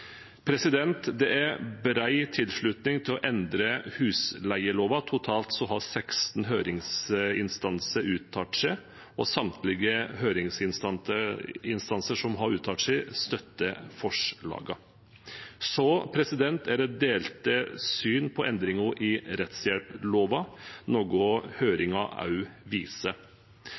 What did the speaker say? Det er bred tilslutning til å endre husleieloven. Totalt har 16 høringsinstanser uttalt seg, og samtlige høringsinstanser som har uttalt seg, støtter forslagene. Det er delte syn på endringen i rettshjelploven,